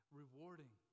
rewarding